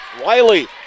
Wiley